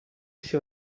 sia